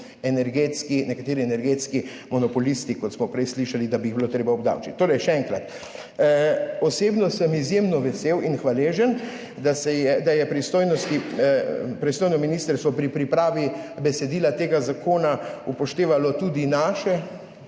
so tudi nekateri energetski monopolisti, kot smo prej slišali, da bi jih bilo treba obdavčiti. Torej še enkrat, osebno sem izjemno vesel in hvaležen, da je pristojno ministrstvo pri pripravi besedila tega zakona upoštevalo tudi naše